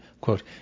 quote